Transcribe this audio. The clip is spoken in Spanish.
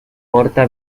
corta